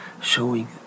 showing